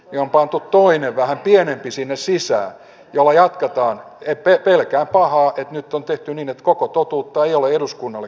jo pantu toinen vähän pienempi sinesissä juojan tietoon ettei pelkää pahaa teet nyt on tehty niin et koko totuutta ei ole eduskunnalle